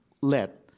let